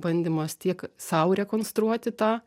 bandymas tiek sau rekonstruoti tą